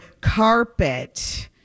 carpet